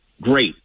great